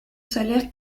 salaire